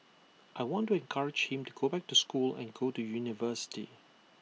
I want to encourage him to go back to school and go to university